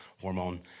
hormone